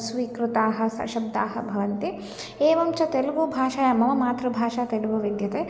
स्वीकृताः सशब्दाः भवन्ति एवं च तेलुगु भाषायां मम मातृभाषा तेलुगु विद्यते